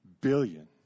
Billion